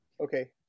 Okay